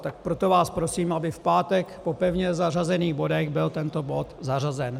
Tak proto vás prosím, aby v pátek po pevně zařazených bodech byl tento bod zařazen.